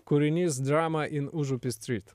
kūrinys drama in užupis street